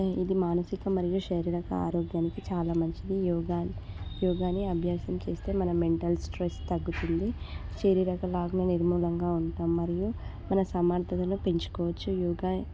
ఇది మానసిక మరియు శారీరక ఆరోగ్యానికి చాలా మంచిది యోగా యోగాని అభ్యాసం చేస్తే మన మెంటల్ స్ట్రెస్ తగ్గుతుంది శారీరకలాగా నిర్ములంగా ఉంటాం మరియు మన సమాంతతను పెంచుకోవచ్చు యోగా